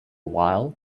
while